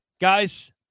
Guys